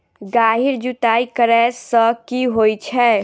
गहिर जुताई करैय सँ की होइ छै?